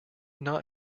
not